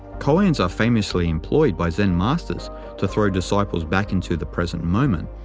koans are famously employed by zen masters to throw disciples back into the present moment,